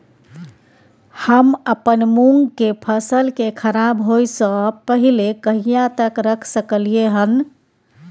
हम अपन मूंग के फसल के खराब होय स पहिले कहिया तक रख सकलिए हन?